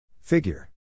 Figure